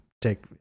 take